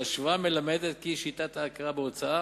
ההשוואה מלמדת כי שיטת ההכרה בהוצאה